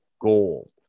gold